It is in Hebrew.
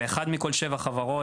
וגוררים אלמוגים,